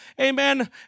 amen